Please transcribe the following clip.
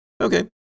Okay